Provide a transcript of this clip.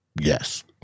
Yes